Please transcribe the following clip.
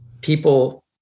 people